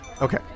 Okay